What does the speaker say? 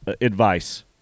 advice